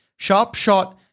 Sharpshot